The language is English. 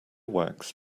wax